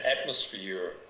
atmosphere